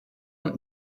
und